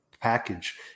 package